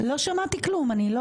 אחרי סעיף (ב1) להצעה יבוא סעיף (ב2) שיקבע